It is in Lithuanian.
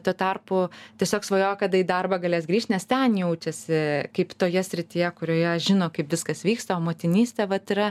tuo tarpu tiesiog svajoja kada į darbą galės grįžt nes ten jaučiasi kaip toje srityje kurioje žino kaip viskas vyksta o motinystė vat yra